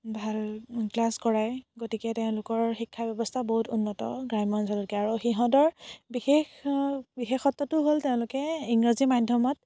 ভাল ক্লাছ কৰাই গতিকে তেওঁলোকৰ শিক্ষা ব্যৱস্থা বহুত উন্নত গ্ৰাম্য অঞ্চলতকৈ আৰু সিহঁতৰ বিশেষ বিশেষত্বটো হ'ল তেওঁলোকে ইংৰাজী মাধ্যমত